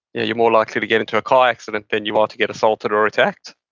yeah you're more likely to get into a car accident than you are to get assaulted or attacked,